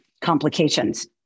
complications